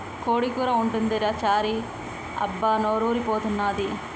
కోడి కూర ఉంటదిరా చారీ అబ్బా నోరూరి పోతన్నాది